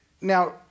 Now